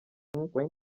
yatawe